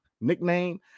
nickname